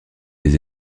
des